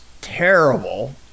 terrible